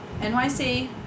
NYC